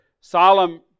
solemn